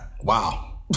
Wow